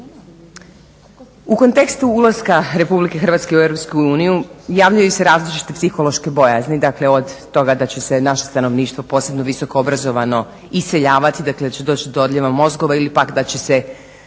U kontekstu ulaska RH u EU javljaju se različite psihološke bojazni dakle od toga da će se naše stanovništvo posebno visoko obrazovano iseljavati dakle da će doći do odlijeva mozgova ili pak da će se